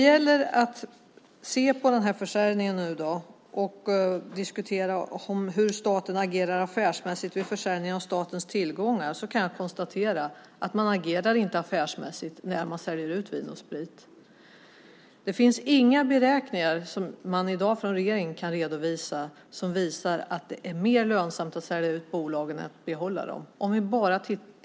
Genom att se på försäljningen och diskutera hur staten agerar affärsmässigt vid försäljning av statens tillgångar kan jag konstatera att man inte agerar affärsmässigt när man säljer ut Vin & Sprit. Om vi enbart ser på de strikt affärsmässiga bedömningarna kan regeringen i dag inte lägga fram några beräkningar som visar att det är mer lönsamt att sälja ut bolagen än att behålla dem.